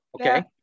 Okay